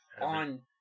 on